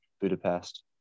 Budapest